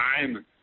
time